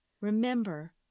Remember